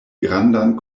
grandan